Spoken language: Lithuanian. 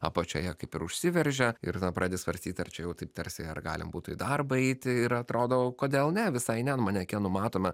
apačioje kaip ir užsiveržia ir tada pradedi svarstyt ar čia jau taip tarsi ar galim būtų į darbą eiti ir atrodo o kodėl ne visai ne ant manekenų matome